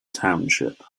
township